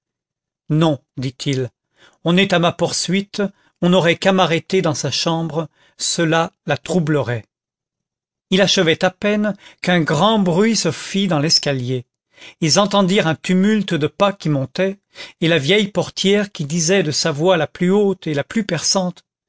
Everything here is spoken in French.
non dit-il on est à ma poursuite on n'aurait qu'à m'arrêter dans sa chambre cela la troublerait il achevait à peine qu'un grand bruit se fit dans l'escalier ils entendirent un tumulte de pas qui montaient et la vieille portière qui disait de sa voix la plus haute et la plus